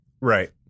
Right